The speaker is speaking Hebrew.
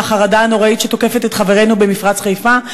את החרדה הנוראית שתוקפת את חברינו במפרץ חיפה.